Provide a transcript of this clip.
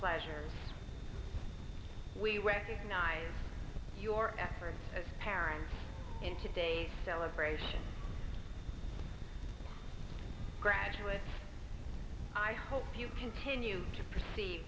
pleasures we recognize your efforts as parents in today's celebration graduate i hope you continue to perceive